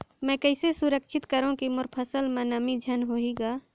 मैं कइसे सुरक्षित करो की मोर फसल म नमी झन होही ग?